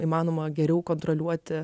įmanoma geriau kontroliuoti